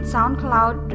SoundCloud